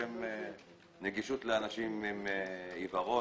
שהם נגישות לאנשים עם עיוורון,